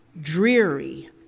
dreary